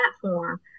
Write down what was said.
platform